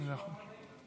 אני מודה לך.